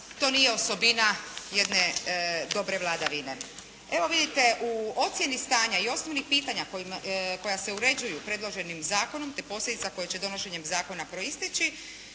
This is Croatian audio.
to nije osobina jedne dobre vladavine. Evo vidite u ocijeni stanja i osnovnih pitanja koja se uređuju predloženim zakonom te posljedica koje će donošenjem zakona proisteći,